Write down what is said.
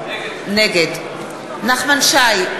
נגד נחמן שי,